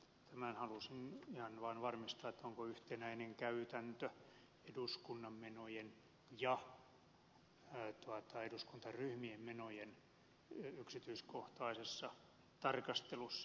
tämän halusin ihan vaan varmistaa onko yhtenäinen käytäntö eduskunnan menojen ja eduskuntaryhmien menojen yksityiskohtaisessa tarkastelussa